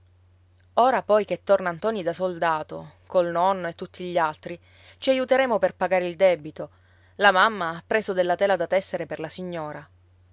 ora poi che torna ntoni da soldato col nonno e tutti gli altri ci aiuteremo per pagare il debito la mamma ha preso della tela da tessere per la signora